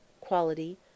quality